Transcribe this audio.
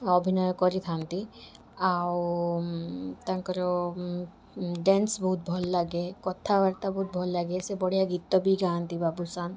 ଅଭିନୟ କରିଥାନ୍ତି ଆଉ ତାଙ୍କର ଡ୍ୟାନ୍ସ ବହୁତ ଭଲ ଲାଗେ କଥାବାର୍ତ୍ତା ବହୁତ ଭଲ ଲାଗେ ସେ ବଢ଼ିଆ ଗୀତ ବି ଗାଆନ୍ତି ବାବୁସାନ